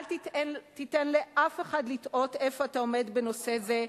אל תיתן לאף אחד לתהות איפה אתה עומד בנושא הזה.